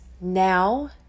Now